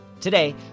Today